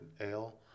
ale